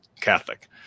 Catholic